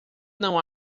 não